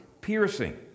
piercing